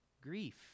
grief